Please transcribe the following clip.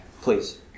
please